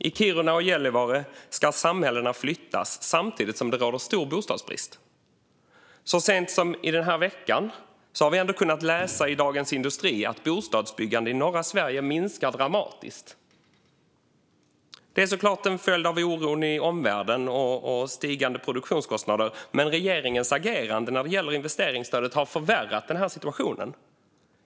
I Kiruna och Gällivare ska samhällena flyttas samtidigt som det råder stor bostadsbrist. Så sent som i den här veckan har vi kunnat läsa i Dagens Industri att bostadsbyggandet i norra Sverige minskar dramatiskt. Det är såklart en följd av oron i omvärlden och av stigande produktionskostnader, men regeringens agerande när det gäller investeringsstödet har förvärrat situationen.